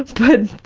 but,